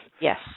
Yes